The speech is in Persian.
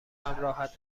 همراهت